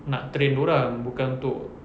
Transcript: nak train dia orang bukan untuk